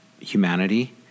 humanity